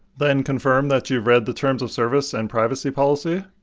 then confirm that you've read the terms of service and privacy policy.